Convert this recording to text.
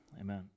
Amen